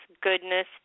goodness